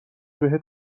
بهت